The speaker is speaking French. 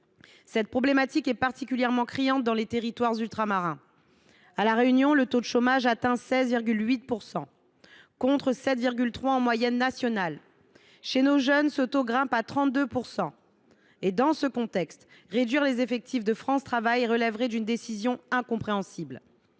Cette problématique est particulièrement criante dans les territoires ultramarins. À La Réunion, le taux de chômage atteint 16,8 %, contre une moyenne nationale de 7,3 %. Chez les jeunes, ce taux grimpe à 32 %. Dans ce contexte, réduire les effectifs de France Travail relèverait d’une décision incompréhensible.